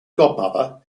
godmother